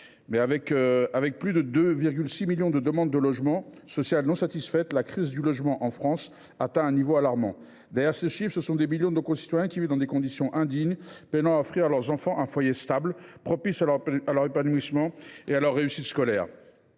mer. Avec plus de 2,6 millions de demandes de logement social non satisfaites, la crise du logement atteint un niveau alarmant en France. Derrière ce chiffre, ce sont des millions de nos concitoyens qui vivent dans des conditions indignes, peinant à offrir à leurs enfants un foyer stable, propice à leur épanouissement et à leur réussite scolaire.